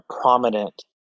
prominent